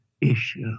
issue